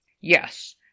Yes